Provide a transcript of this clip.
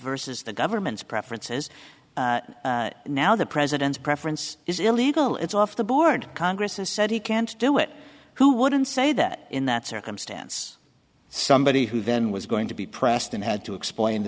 versus the government's preferences now the president's preference is illegal it's off the board congress has said he can't do it who wouldn't say that in that circumstance somebody who then was going to be pressed and had to explain the